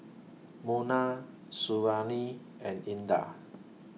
Munah Suriani and Indah